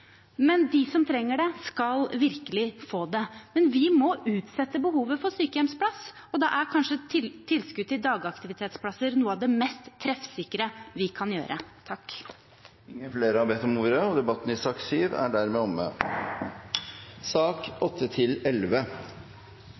men de som trenger det, skal virkelig få det. Men vi må utsette behovet for sykehjemsplass, og da er kanskje tilskudd til dagaktivitetsplasser noe av det mest treffsikre vi kan gjøre. Flere har ikke bedt om ordet til sak nr. 7. Sakene nr. 8–11 er interpellasjoner, og presidenten vil med henvisning til